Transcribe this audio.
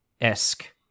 esque